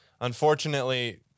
Unfortunately